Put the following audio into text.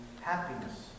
Happiness